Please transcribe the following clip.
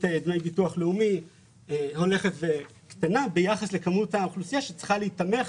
דמי ביטוח לאומי הולכת וקטנה ביחס לכמות האוכלוסייה שצריכה להיתמך